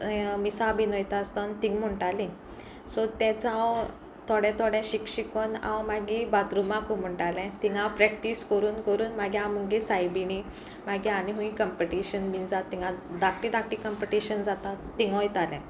मिसां बीन वोयता आसतो तींग म्हणटाली सो तेंच हांव थोडे थोडे शिक शिकोन हांव मागी बाथरुमाकू म्हणटालें तिगा हांव प्रॅक्टीस करून करून मागीर हांव मुगे साय बिणी मागीर आनी हूय कंपिटिशन बीन जात तिंगा धाकटी धाकटी कंपिटिशन जाताथ तिंग वयतालें